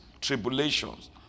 tribulations